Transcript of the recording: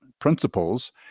principles